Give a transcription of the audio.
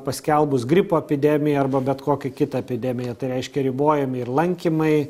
paskelbus gripo epidemiją arba bet kokią kitą epidemiją tai reiškia ribojami ir lankymai